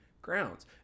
grounds